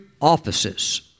offices